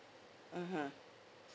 mmhmm